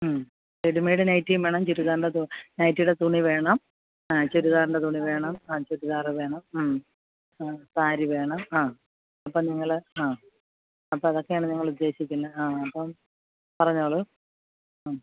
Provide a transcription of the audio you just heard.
ഉം റെഡിമെയ്ഡ് നൈറ്റിയും വേണം ചുരിദാറിന്റെ തു നൈറ്റിയുടെ തുണി വേണം ചുരിദാറിന്റെ തുണി വേണം ആ ചുരിദാര് വേണം ഉം സാരി വേണം ആ അപ്പോള് നിങ്ങള് ആ അപ്പോഴതൊക്കയാണ് നിങ്ങളുദ്ദേശിക്കുന്നെ ആ അപ്പോള് പറഞ്ഞോളു ഉം